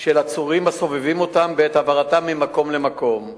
של עצורים והסובבים אותם בעת העברתם ממקום למקום.